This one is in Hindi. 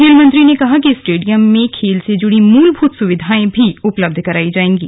खेल मंत्री ने कहा कि स्टेडियम में खेल से जुड़ी मूलभूत सुविधाएं भी उपलब्ध कराई जाएंगी